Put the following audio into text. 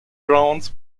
browns